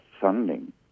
funding